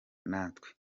natwe